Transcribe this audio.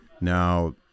now